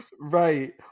Right